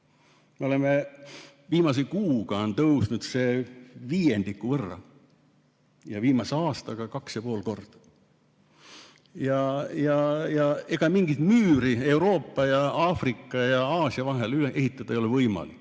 Me oleme viimase kuuga tõusnud viiendiku võrra ja viimase aastaga 2,5 korda. Ja ega mingit müüri Euroopa, Aafrika ja Aasia vahele ehitada ei ole võimalik.